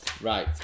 Right